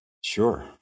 Sure